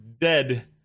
dead